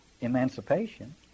emancipation